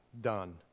done